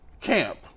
camp